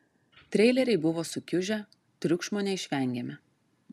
treileriai buvo sukiužę triukšmo neišvengėme